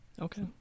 Okay